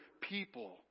people